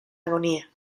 agonía